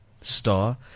star